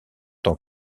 tant